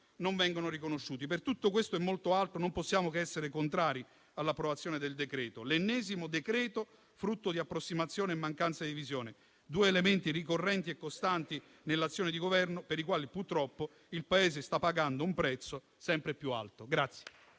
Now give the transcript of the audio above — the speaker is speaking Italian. non lo sono. Per tutto questo e molto altro non possiamo che essere contrari all'approvazione del decreto-legge, l'ennesimo provvedimento frutto di approssimazione e mancanza di visione; due elementi ricorrenti e costanti nell'azione di Governo, per i quali purtroppo il Paese sta pagando un prezzo sempre più alto.